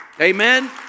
Amen